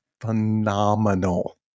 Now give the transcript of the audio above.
phenomenal